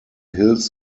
hills